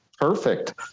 perfect